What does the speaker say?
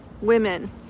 Women